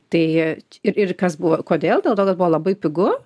tai ir ir kas buvo kodėl dėl to kad buvo labai pigu